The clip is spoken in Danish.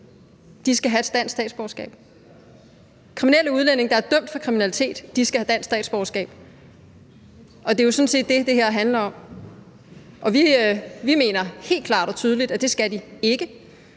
skal have et dansk statsborgerskab. Kriminelle udlændinge, der er dømt for kriminalitet, skal de have dansk statsborgerskab? Det er sådan set det, det her handler om. Og vi mener helt klart og tydeligt, at det skal de ikke